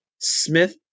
Smith